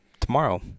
tomorrow